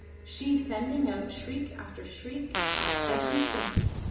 she sending out shriek after shriek at every feint,